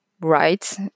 right